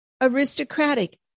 aristocratic